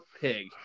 pig